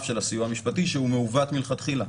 של הסיוע המשפטי שהוא מעוות מלכתחילה.